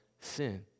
sin